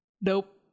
Nope